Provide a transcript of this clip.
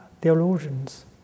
theologians